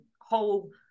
whole